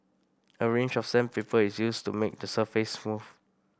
a range of sandpaper is used to make the surface smooth